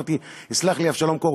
יסלח לי אבשלום קור.